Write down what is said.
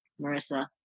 marissa